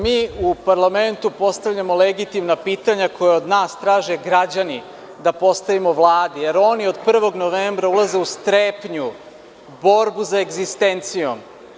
Mi u parlamentu postavljamo legitimna pitanja koja od nas traže građani da postavimo Vladi, jer oni od 1. novembra ulaze u strepnju, borbu za egzistencijom.